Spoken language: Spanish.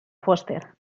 foster